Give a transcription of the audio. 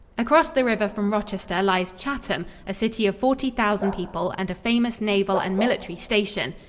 across the river from rochester lies chatham, a city of forty thousand people and a famous naval and military station.